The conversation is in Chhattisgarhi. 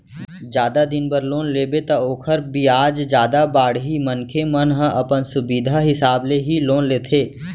जादा दिन बर लोन लेबे त ओखर बियाज जादा बाड़ही मनखे मन ह अपन सुबिधा हिसाब ले ही लोन लेथे